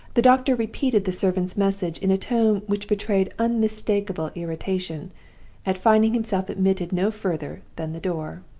the doctor repeated the servant's message in a tone which betrayed unmistakable irritation at finding himself admitted no further than the door.